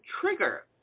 trigger